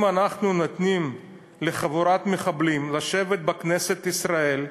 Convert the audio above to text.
אם אנחנו נותנים לחבורת מחבלים לשבת בכנסת ישראל,